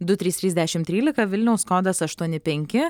du trys trys dešim trylika vilniaus kodas aštuoni penki